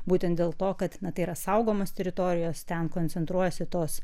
būtent dėl to kad tai yra saugomos teritorijos ten koncentruojasi tos